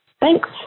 Thanks